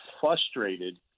frustrated